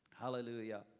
Hallelujah